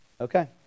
okay